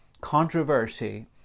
controversy